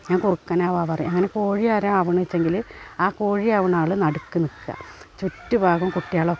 ഞാൻ കുറുക്കനാകാ പറയ അങ്ങനെ കോഴി ആരാ ആവണേച്ചെങ്കിൽ ആ കോഴി ആകുന്നയാൾ നടുക്കു നിൽക്കുക ചുറ്റു ഭാഗം കുട്ടികളൊക്കെ